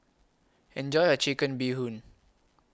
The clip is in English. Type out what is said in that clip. Enjoy your Chicken Bee Hoon